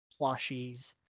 plushies